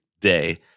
day